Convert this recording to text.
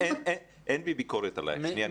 אין בי ביקורת עלייך.